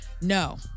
No